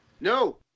No